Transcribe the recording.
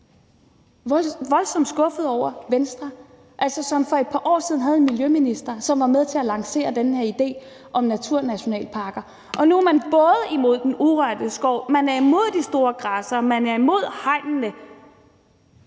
voldsomt skuffet over Venstre, som altså for et par år siden havde en miljøminister, som var med til at lancere den her idé om naturnationalparker. Nu er man både imod den urørte skov, imod de store græssere og imod hegnene.